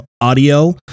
audio